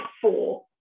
four